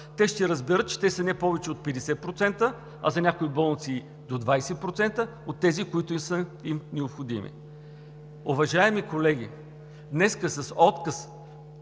ще разберат, че те са не повече от 50%, а за някои болници и до 20% от тези, които са им необходими. Уважаеми колеги, днес с отказ